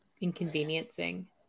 Inconveniencing